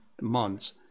months